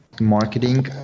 marketing